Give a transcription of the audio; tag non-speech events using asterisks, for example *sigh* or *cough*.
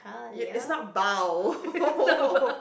is not bow *laughs*